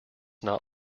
not